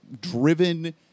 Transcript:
driven